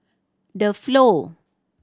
The Flow